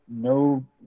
no